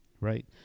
right